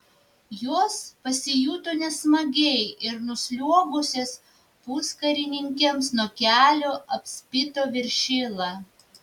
jos pasijuto nesmagiai ir nusliuogusios puskarininkiams nuo kelių apspito viršilą